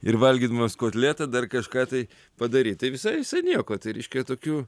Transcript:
ir valgydamas kotletą dar kažką tai padaryt tai visai nieko tai reiškia tokiu